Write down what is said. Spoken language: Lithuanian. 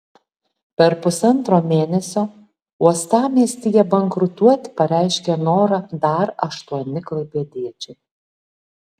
per pusantro mėnesio uostamiestyje bankrutuoti pareiškė norą dar aštuoni klaipėdiečiai